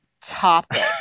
topic